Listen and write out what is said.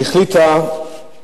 שהחליט על